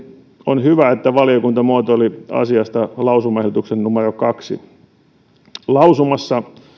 on hyvä että valiokunta muotoili asiasta lausumaehdotuksen numero toisessa lausumassa